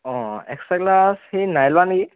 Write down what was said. অঁ extra class সি নাই লোৱা নেকি